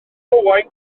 owain